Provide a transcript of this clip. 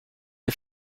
est